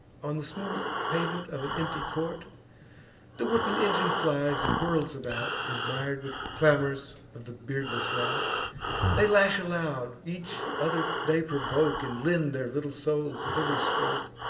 on the smooth pavement of an empty court the wooden engine flies and whirls about, admir'd, with clamors, of the beardless rout they lash aloud each other they provoke, and lend their little souls at ev'ry stroke